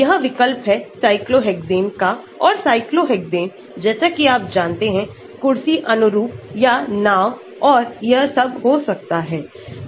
यह विकल्प है cyclohexane का और cyclohexane जैसा कि आप जानते हैं कुर्सी अनुरूप या नाव और यह सब हो सकते है